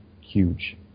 huge